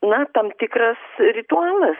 na tam tikras ritualas